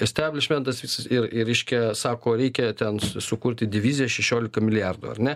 esteblišmentas ir ir reiškia sako reikia ten su sukurti diviziją šešiolika milijardų ar ne